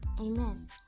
Amen